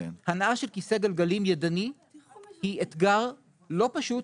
הנעה של כיסא גלגלים ידני היא אתגר לא פשוט,